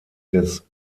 des